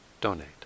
donate